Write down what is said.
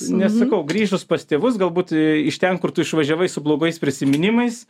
nes sakau grįžus pas tėvus galbūt iš ten kur tu išvažiavai su blogais prisiminimais